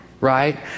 right